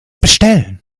bestellen